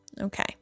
Okay